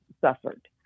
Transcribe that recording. suffered